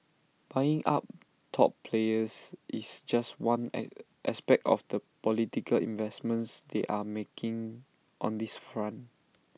buying up top players is just one aspect of the political investments they are making on this front